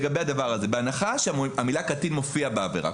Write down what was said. בהנחה שהמילה קטין מופיעה בעבירה.